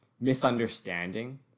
misunderstanding